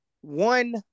one